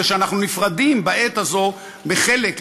זה שאנחנו נפרדים בעת הזו מחלק,